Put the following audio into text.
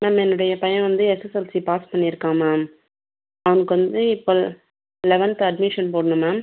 ma'am என்னுடைய பையன் வந்து எஸ்எஸ்எல்சி பாஸ் பண்ணிருக்கான் மேம் அவனுக்கு வந்து இப்போ லெவன்த்து அட்மிஷன் போடணும் மேம்